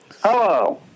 Hello